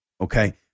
Okay